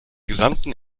gesamten